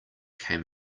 came